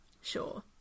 Sure